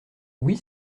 oui